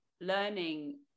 learning